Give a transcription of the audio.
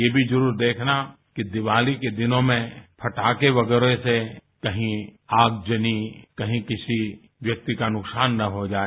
ये भी जरूर देखना कि दिवाली के दिनों में पटाखे वगैरह से कहीं आगजनी कहीं किसी व्यक्ति का नुकसान न हो जाए